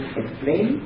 explain